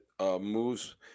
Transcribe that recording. moves